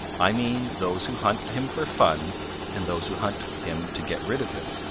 i mean those who hunt him for fun and those who hunt him to get rid of him.